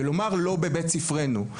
ולומר לא בבית ספרנו.